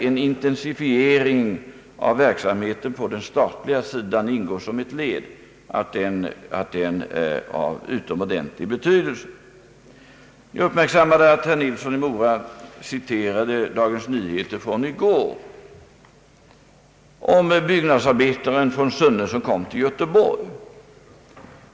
En intensifiering av verksamheten på den statliga sidan ingår som ett led av utomordentlig betydelse. son i Mora citerade Dagens Nyheter från i går och talade om en byggnadsarbetare från Sunne som kom till Göteborg.